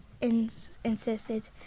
insisted